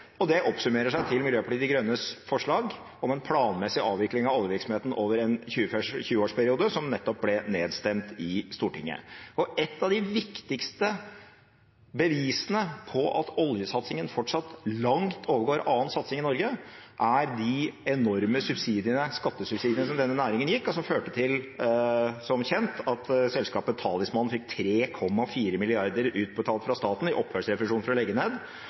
Det oppsummerer Miljøpartiet De Grønnes forslag om en planmessig avvikling av oljevirksomheten over en 20-årsperiode, som nettopp ble nedstemt i Stortinget. Et av de viktigste bevisene på at oljesatsingen fortsatt langt overgår annen satsing i Norge, er de enorme skattesubsidiene denne næringen fikk og som, som kjent, førte til at selskapet Talisman fikk 3,4 mrd. kr utbetalt fra staten i opphørsrefusjon for å legge ned